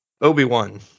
Obi-Wan